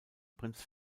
prinz